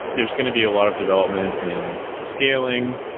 there's going to be a lot of development in scaling.